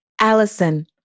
Allison